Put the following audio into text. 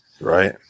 Right